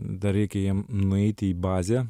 dar reikia jiem nueiti į bazę